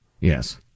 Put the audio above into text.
Yes